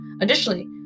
Additionally